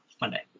Monday